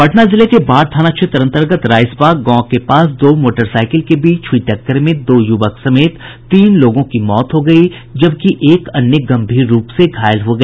पटना जिले के बाढ़ थाना क्षेत्र अन्तर्गत राइसबाग गांव के पास दो मोटरसाईकिल के बीच हुई टक्कर में दो युवक समेत तीन लोगों की मौत हो गई जबकि एक अन्य गंभीर रूप से घायल हो गया